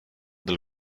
del